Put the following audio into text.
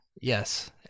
yes